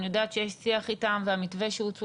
אני יודעת שיש שיח איתם והמתווה שהציעו